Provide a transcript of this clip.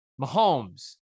Mahomes